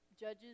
judges